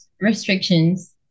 restrictions